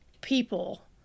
people